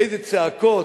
איזה צעקות,